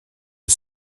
for